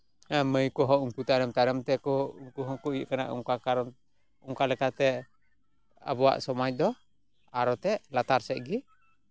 ᱢᱟᱹᱭ ᱠᱚᱦᱚᱸ ᱩᱱᱠᱩ ᱛᱟᱭᱱᱚᱢ ᱛᱟᱭᱱᱚᱢ ᱛᱮᱠᱚ ᱩᱱᱠᱩ ᱦᱚᱸᱠᱚ ᱤᱭᱟᱹᱜ ᱠᱟᱱᱟ ᱚᱱᱠᱟ ᱠᱟᱨᱚᱱ ᱚᱱᱠᱟ ᱞᱮᱠᱟᱛᱮ ᱟᱵᱚᱣᱟᱜ ᱥᱚᱢᱟᱡᱽ ᱫᱚ ᱟᱨᱚᱛᱮ ᱞᱟᱛᱟᱨ ᱥᱮᱜ ᱜᱮ